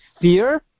fear